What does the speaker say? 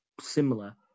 similar –